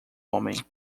homem